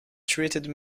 treated